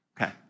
Okay